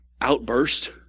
outburst